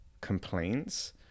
complaints